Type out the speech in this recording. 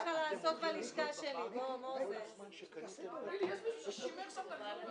למגורים בתחום שכונת מגורים קיימת בגן לאומי),